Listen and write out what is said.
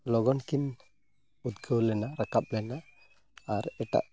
ᱞᱚᱜᱚᱱ ᱠᱤᱱ ᱩᱫᱽᱜᱟᱹᱣ ᱞᱮᱱᱟ ᱨᱟᱠᱟᱵ ᱞᱮᱱᱟ ᱟᱨ ᱮᱴᱟᱜ